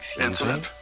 incident